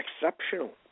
exceptional